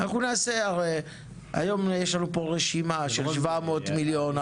אנחנו נעשה היום יש לנו פה רשימה של 700 מיליון,